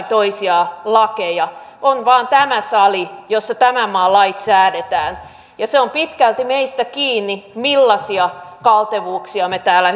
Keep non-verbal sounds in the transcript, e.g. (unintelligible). (unintelligible) toisia lakeja on vain tämä sali jossa tämän maan lait säädetään ja se on pitkälti meistä kiinni millaisia kaltevuuksia me täällä (unintelligible)